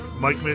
Mike